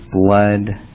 blood